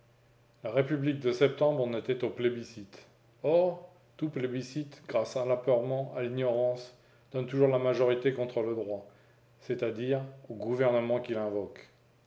la république de septembre en était aux plébiscites or tout plébiscite grâce à l'apeurement à l'ignorance donne la commune toujours la majorité contre le droit c'est-à-dire au gouvernement qui l'invoque